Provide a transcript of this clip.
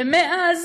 ומאז